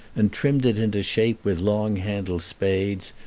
and trimmed it into shape with long-handled spades,